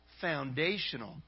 foundational